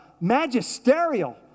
magisterial